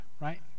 right